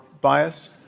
bias